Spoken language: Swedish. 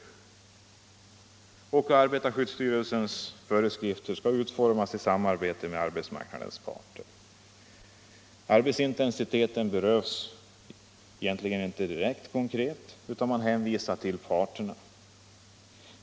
Vidare skall arbetarskyddsstyrelsens föreskrifter utformas i samarbete med arbetsmarknadens parter. Arbetsintensiteten berörs inte direkt, utan man hänvisar till parterna.